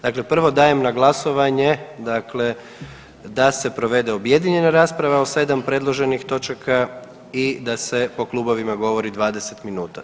Dakle, prvo dajem na glasovanje dakle da se provede objedinjena rasprava o 7 predloženih točaka i da se po klubovima govori 20 minuta.